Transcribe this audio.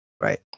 Right